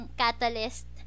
catalyst